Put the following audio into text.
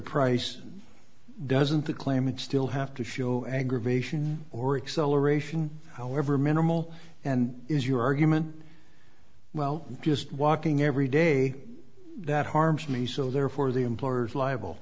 price doesn't the claimant still have to show aggravation works so aeration however minimal and is your argument well just walking every day that harms me so therefore the employers liable